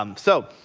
um so